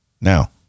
now